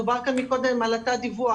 דובר כאן מקודם על תת דיווח.